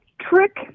trick